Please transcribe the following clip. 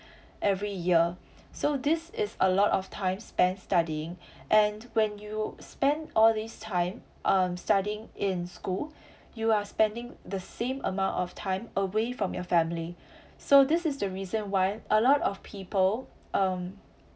every year so this is a lot of time spent studying and when you spend all this time um studying in school you are spending the same amount of time away from your family so this is the reason why a lot of people um